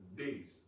days